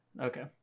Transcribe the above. Okay